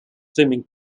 swimming